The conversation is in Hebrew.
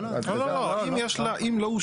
לא, לא, לא.